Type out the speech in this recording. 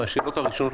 מהשעות הראשונות,